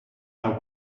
now